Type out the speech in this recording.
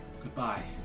Goodbye